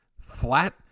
Flat